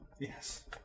Yes